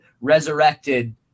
resurrected